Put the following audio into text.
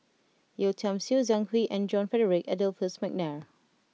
Yeo Tiam Siew Zhang Hui and John Frederick Adolphus McNair